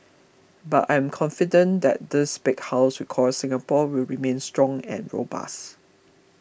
but I am confident that this big house we call Singapore will remain strong and robust